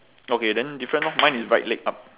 okay then different lor mine with right leg up